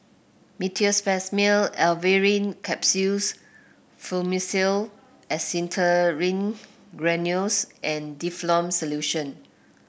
Meteospasmyl Alverine Capsules Fluimucil Acetylcysteine Granules and Difflam Solution